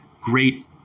great